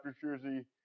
jersey